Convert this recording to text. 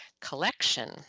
Collection